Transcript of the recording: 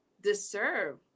deserve